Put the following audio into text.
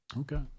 Okay